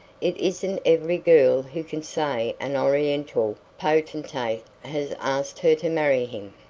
it isn't every girl who can say an oriental potentate has asked her to marry him.